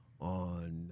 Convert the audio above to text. on